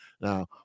now